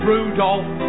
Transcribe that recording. Rudolph